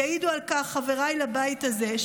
יעידו על כך חבריי לבית הזה,